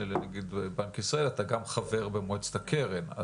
לנגיד בנק ישראל אתה גם חבר במועצת הקרן,